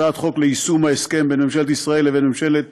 הצעת חוק ליישום ההסכם בין ממשלת ישראל לבין ממשלת